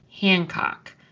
hancock